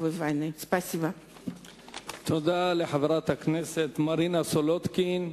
העולם השנייה.) תודה לחברת הכנסת מרינה סולודקין.